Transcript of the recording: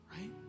right